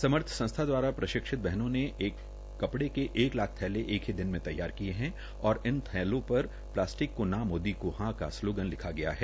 समर्थ संस्था द्वारा प्रशिक्षित बहनों ने कपड़े के एक लाख थैले एक ही दिन में तैयार किए है और इन थैलों पर प्लास्टिक को ना मोदी जी को हां का स्लोगन लिखा गया है